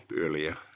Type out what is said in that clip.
earlier